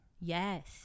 Yes